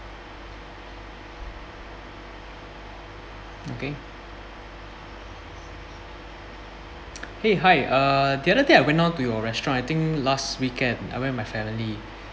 okay !hey! hi uh the other day I went on to your restaurant I think last weekend I went with my family